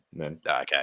Okay